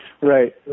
Right